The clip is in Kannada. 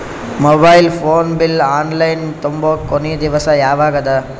Mobile phone bill online ತುಂಬೊ ಕೊನಿ ದಿವಸ ಯಾವಗದ?